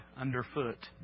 underfoot